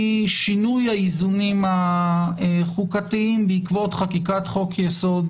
משינוי האיזונים החוקתיים בעקבות חקיקת חוק-יסוד: